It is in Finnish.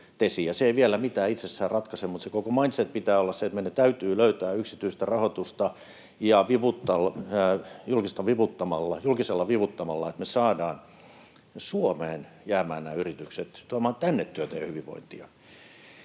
Se ei vielä mitään itse asiassa ratkaise, mutta sen koko mindsetin pitää olla niin, että meidän täytyy löytää yksityistä rahoitusta ja vivuttaa julkista, niin että me saadaan jäämään nämä yritykset Suomeen, tuomaan tänne työtä ja hyvinvointia,